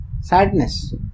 sadness